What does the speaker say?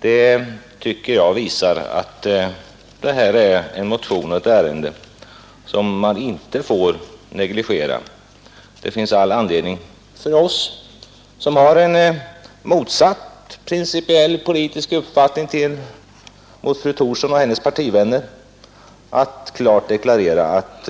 Detta tycker jag visar att det här är en motion och ett ärende som man inte får negligera. Det finns all anledning för oss som har en motsatt principiell politisk uppfattning mot fru Thorsson och hennes partivänner att klart deklarera att